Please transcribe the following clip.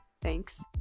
thanks